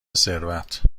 ثروت